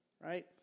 right